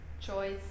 choice